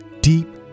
deep